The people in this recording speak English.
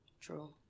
True